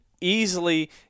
easily